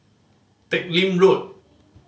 Teck Lim Road